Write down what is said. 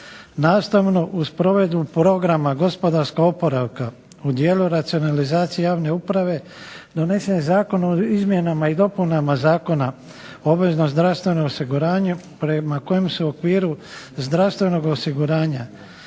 Nastavno uz provedbu programa gospodarskog oporavka, u cijelu racionalizacije javne uprave donesen je Zakon o izmjenama i dopunama Zakona o obveznom zdravstvenom osiguranju, prema kojem se u okviru zdravstvenog osiguranja